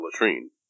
latrine